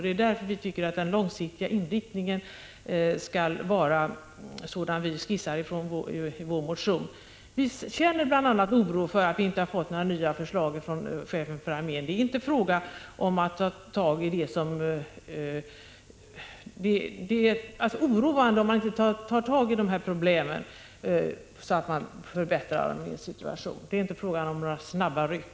Det är därför som vi tycker att den långsiktiga inriktningen skall vara sådan som vi har skissat i vår motion. Vi känner oro för att vi inte har fått några nya förslag från chefen för armén. Det är allvarligt om man inte tar tag i problemen, så att arméns situation förbättras. Det är inte fråga om några snabba ryck!